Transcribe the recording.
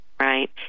Right